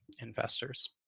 investors